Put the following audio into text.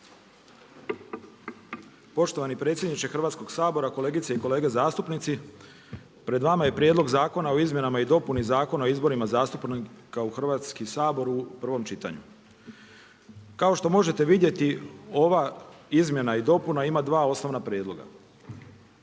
Poštovani predsjedniče Hrvatskog sabora, kolegice i kolege zastupnici. Pred vama je Prijedlog zakona o izmjenama i dopuni Zakona o izborima zastupnika u Hrvatski sabor u prvom čitanju. Kao što možete vidjeti ova izmjena i dopuna ima dva osnovna prijedloga.